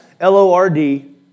L-O-R-D